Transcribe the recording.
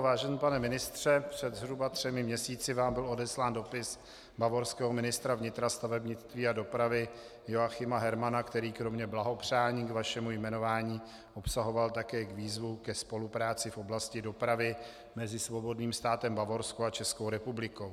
Vážený pane ministře, před zhruba třemi měsíci vám byl odeslán dopis bavorského ministra vnitra, stavebnictví a dopravy Joachima Hermanna, který kromě blahopřání k vašemu jmenování obsahoval také výzvu ke spolupráci v oblasti dopravy mezi Svobodným státem Bavorsko a Českou republikou.